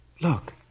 Look